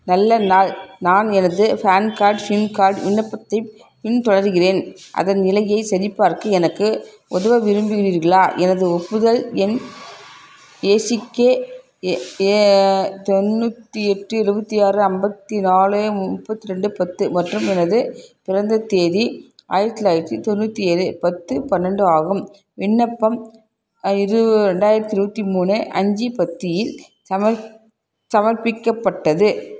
நல்ல நாள் நான் எனது பேன் கார்ட் சிம் கார்ட் விண்ணப்பத்தின் இன் தொடருகிறேன் அதன் நிலையை சரிபார்க்க எனக்கு உதவ விரும்புகிறீர்களா எனது ஒப்புதல் எண் ஏசிகே ஏ தொண்ணூற்றி எட்டு இருபத்தி ஆறு ஐம்பத்தி நாலு முப்பத்தி ரெண்டு பத்து மற்றும் எனது பிறந்த தேதி ஆயிரத்தி தொள்ளாயிரத்தி தொண்ணூற்றி ஏழு பத்து பன்னெண்டு ஆகும் விண்ணப்பம் இது ரெண்டாயிரத்தி இருபத்தி மூணு அஞ்சு பத்துயில் சமர் சமர்ப்பிக்கப்பட்டது